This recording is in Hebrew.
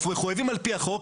על-פי החוק,